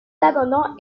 l’abandon